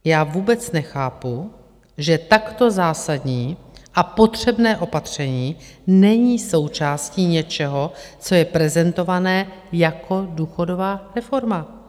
Já vůbec nechápu, že takto zásadní a potřebné opatření není součástí něčeho, co je prezentované jako důchodová reforma.